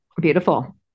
beautiful